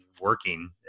working